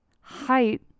height